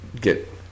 get